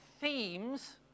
themes